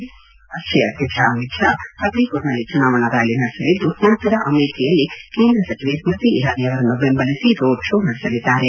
BJP ರಾಷ್ಷೀಯ ಅಧ್ಯಕ್ಷ ಅಮಿತ್ ಶಾ ಫತೇಪುರ್ನಲ್ಲಿ ಚುನಾವಣಾ ರ್ನಾಲಿ ನಡೆಸಲಿದ್ದು ನಂತರ ಅಮೇಥಿಯಲ್ಲಿ ಕೇಂದ್ರ ಸಚಿವೆ ಸೈತಿ ಇರಾನಿ ಬೆಂಬಲಿಸಿ ರೋಡ್ ಶೋ ನಡೆಸಲಿದ್ದಾರೆ